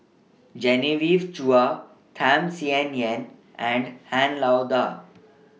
Genevieve Chua Tham Sien Yen and Han Lao DA